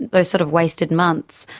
those sort of wasted months,